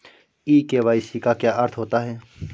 ई KYC का क्या अर्थ होता है?